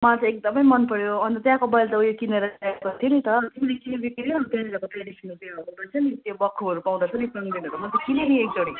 मलाई त एकदमै मन पऱ्यो अनि त त्यहाँको किनेर ल्याएको थिएँ नि त तिमीले किन्यौ कि किनेनौ त्यहाँनिरको ट्रेेडिस्नल त्यो बक्खुहरू पाउँदोरहेछ नि पाङदेनहरू मैले त किनेँ नि एकजोडी